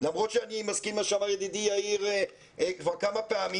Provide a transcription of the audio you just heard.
למרות שאני מסכים עם מה שאמר ידידי יאיר כבר כמה פעמים,